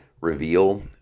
reveal